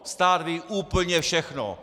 Stát ví úplně všechno.